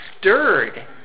stirred